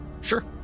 Sure